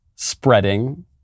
spreading